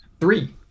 three